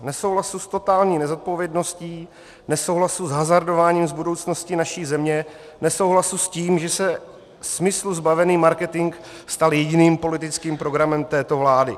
Nesouhlasu s totální nezodpovědností, nesouhlasu s hazardováním s budoucností naší země, nesouhlasu s tím, že se smyslu zbavený marketing stal jediným politickým programem této vlády.